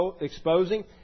exposing